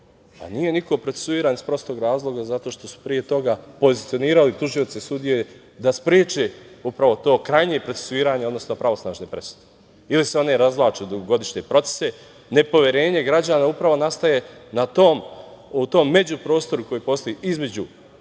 Nije niko procesuiran iz prostog razloga zato što su pre toga pozicionirali tužioce i sudije da spreče upravo to, krajnje procesuiranje odnosno pravosnažne presude, ili se one razvlače u dugogodišnje procese. Nepoverenje građana upravo nastaje u tom međuprostoru koji postoji između